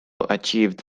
achieved